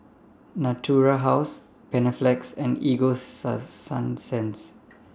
Natura House Panaflex and Ego Sunsense